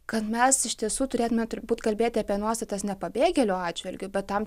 kad mes iš tiesų turėtume turbūt kalbėti apie nuostatas ne pabėgėlių atžvilgiu bet tam